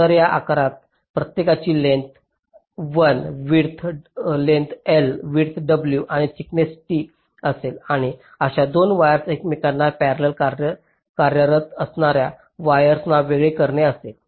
तर या आकारात प्रत्येकाची लेंग्थस l विड्थची w आणि थिकनेस t असेल आणि अशाच दोन वायर्स एकमेकांशी पॅरेलाल कार्यरत असणा वायर्सला वेगळे करणे असेल